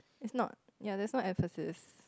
is not ya is not emphasis